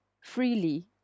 freely